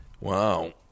Wow